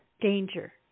danger